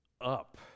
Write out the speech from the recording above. up